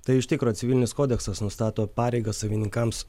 tai iš tikro civilinis kodeksas nustato pareigą savininkams